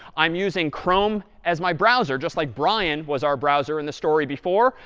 i'm using chrome as my browser, just like brian was our browser in the story before.